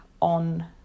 on